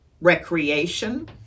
recreation